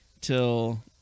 till